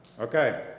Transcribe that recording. Okay